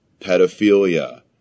pedophilia